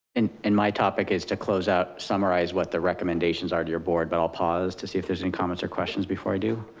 and and my topic is to close out, summarize what the recommendations are to your board, but i'll pause to see if there's any comments or questions before i do?